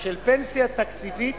של פנסיה תקציבית